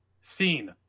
Scene